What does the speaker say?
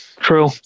True